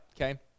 Okay